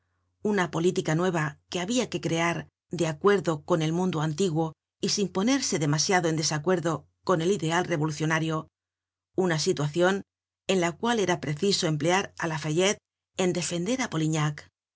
una política nueva que habia que crear de acuerdo con el mundo antiguo y sin ponerse demasiado en desacuerdo con el ideal revolucionario una situacion en la cual era preciso emplear á lafayette en defender á polignac